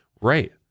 right